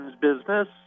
business